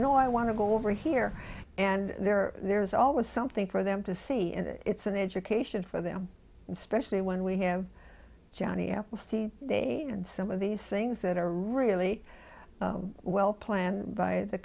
no i want to go over here and there there's always something for them to see and it's an education for them especially when we have johnny appleseed and some of these things that are really well planned by the